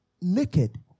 Naked